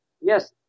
Yes